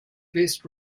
best